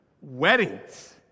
Weddings